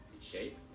shape